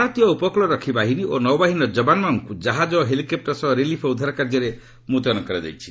ଭାରତୀୟ ଉପକୃଳ ରକ୍ଷୀ ବାହିନୀ ଓ ନୌବାହିନୀର ଯବାନମାନଙ୍କୁ ଜାହାଜ ଓ ହେଲିକପୁର ସହ ରିଲିଫ୍ ଓ ଉଦ୍ଧାର କାର୍ଯ୍ୟରେ ମୁତ୍ୟନ କରାଯାଇଛି